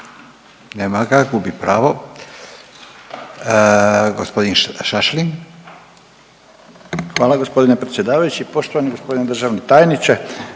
nema ga, gubi pravo. Gospodin Šašlin. **Šašlin, Stipan (HDZ)** Hvala gospodine predsjedavajući. Poštovani gospodine državni tajniče,